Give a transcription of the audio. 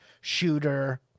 shooter